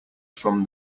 from